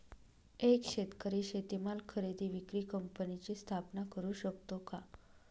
एक शेतकरी शेतीमाल खरेदी विक्री कंपनीची स्थापना करु शकतो का?